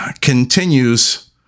continues